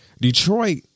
detroit